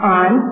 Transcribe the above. on